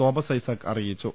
Thomas Isaac അറിയിച്ചു